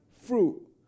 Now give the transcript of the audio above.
fruit